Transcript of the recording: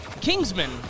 Kingsman